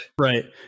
Right